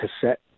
cassette